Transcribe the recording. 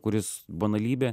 kuris banalybė